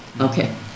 Okay